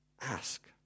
ask